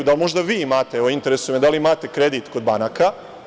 Da li vi možda imate, evo, interesuje me, da li imate kredit kod banaka?